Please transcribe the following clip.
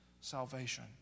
salvation